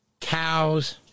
cows